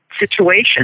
situation